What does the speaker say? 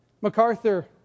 MacArthur